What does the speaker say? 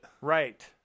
right